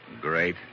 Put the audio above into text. Great